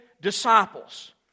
disciples